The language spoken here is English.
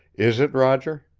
is it, roger?